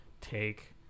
take